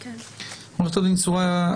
סוריא,